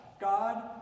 God